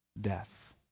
death